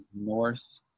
north